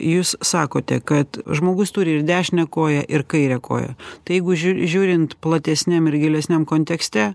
jūs sakote kad žmogus turi ir dešinę koją ir kairę koją tai jeigu žiūrint platesniam ir gilesniam kontekste